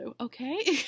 okay